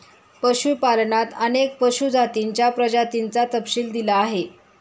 पशुपालनात अनेक पशु जातींच्या प्रजातींचा तपशील दिला आहे